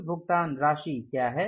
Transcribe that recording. कुल भुगतान राशि क्या है